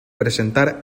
presentar